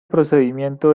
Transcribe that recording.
procedimiento